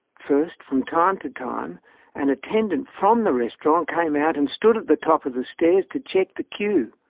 first, from time to time an attendant from the restaurant came out, and stood at the top of the stairs to check the queue.